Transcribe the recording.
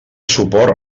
suport